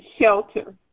shelter